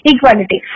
Equality